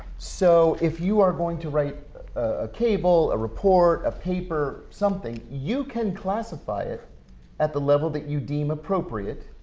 so if you are going to write a cable, a rapport, a paper, something, you can classify it at the level that you deem appropriate,